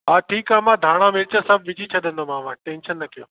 हा ठीकु आहे मां धाणा मिर्च सभु विझी छॾंदोमांव टेंशन न कियो